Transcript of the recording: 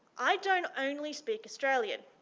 i don't only speak australian.